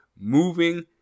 moving